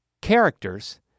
characters